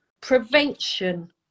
prevention